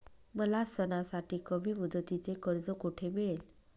मला सणासाठी कमी मुदतीचे कर्ज कोठे मिळेल?